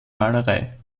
malerei